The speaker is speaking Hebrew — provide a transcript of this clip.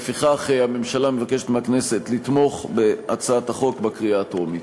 לפיכך הממשלה מבקשת מהכנסת לתמוך בהצעת החוק בקריאה הטרומית.